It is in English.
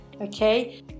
Okay